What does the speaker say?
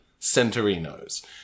Centurinos